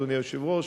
אדוני היושב-ראש,